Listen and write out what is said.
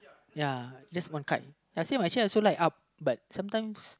ya just one cut does he only light up but sometimes